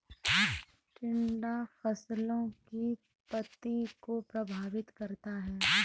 टिड्डा फसलों की पत्ती को प्रभावित करता है